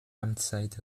amtszeit